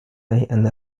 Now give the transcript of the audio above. and